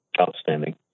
Outstanding